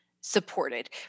supported